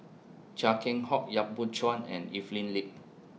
Chia Keng Hock Yap Boon Chuan and Evelyn Lip